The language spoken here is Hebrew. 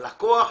הלקוח.